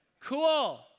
Cool